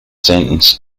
sentenced